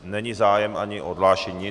Není zájem ani o odhlášení.